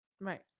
right